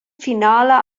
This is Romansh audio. finala